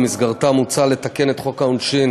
ובמסגרתה מוצע לתקן את חוק העונשין